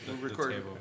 recording